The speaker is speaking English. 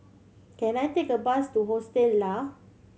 can I take a bus to Hostel Lah